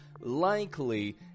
likely